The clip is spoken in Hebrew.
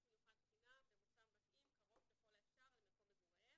מיוחד חינם במוסד מתאים קרוב ככל האפשר למקום מגוריהם,